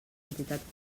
entitat